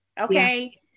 okay